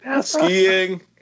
Skiing